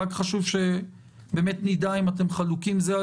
רק חשוב שנדע אם אתם אכן חלוקים זה על